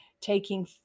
taking